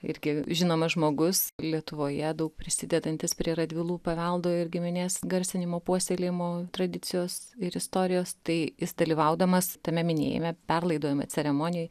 irgi žinomas žmogus lietuvoje daug prisidedantis prie radvilų paveldo ir giminės garsinimo puoselėjimo tradicijos ir istorijos tai jis dalyvaudamas tame minėjime perlaidojimo ceremonijoj